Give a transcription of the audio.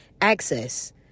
access